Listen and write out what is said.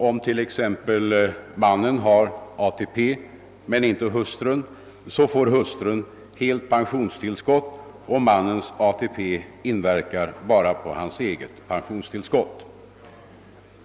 Om t.ex. mannen har ATP men inte hustrun, så får hustrun helt pensionstillskott, och mannens ATP inverkar bara på hans eget pensionstillskott.